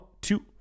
two